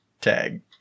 Tag